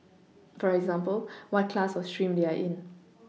for example what class or stream they are in